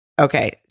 okay